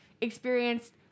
experienced